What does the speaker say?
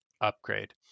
upgrade